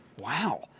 Wow